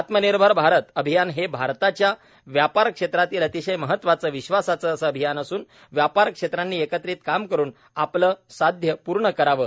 आत्मनिर्भर भारत अभियान हे भारताच्या व्यापार क्षेत्रातील अतिशय महत्वाचं विश्वासाचं असं अभियान असून व्यापार क्षेत्रांनी एकत्रित काम करून आपले साध्य पूर्ण करावे